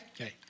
Okay